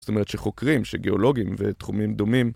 זאת אומרת שחוקרים, שגיאולוגים, ותחומים דומים...